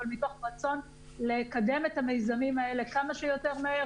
אבל מתוך רצון לקדם את המיזמים האלה כמה שיותר מהר,